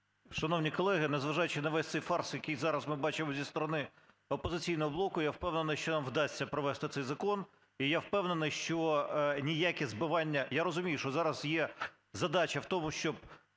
Шановні колеги, незважаючи на весь цей фарс, який зараз ми бачимо зі сторони "Опозиційного блоку", я впевнений, що нам вдасться провести цей закон. І я впевнений, що ніяке збивання… Я розумію, що зараз є задача в тому, що